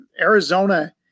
Arizona